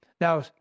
Now